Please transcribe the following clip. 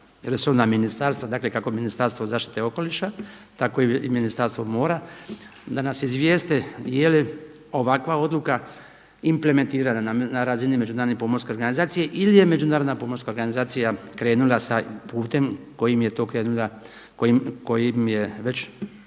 resorna ministarstva, dakle kako Ministarstvo zaštite okoliša tako i Ministarstvo mora da nas izvijeste je li ovakva odluka implementirana na razini Međunarodne pomorske organizacije ili je Međunarodna pomorska organizacija krenula putem kojim je već definirala ovom Uredbom,